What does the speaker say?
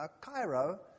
Cairo